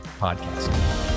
podcast